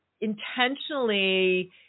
intentionally